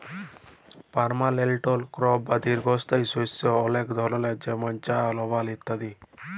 permanent crop বা দীঘ্ঘস্থায়ী শস্য অলেক ধরলের যেমল চাঁ, রাবার ইত্যাদি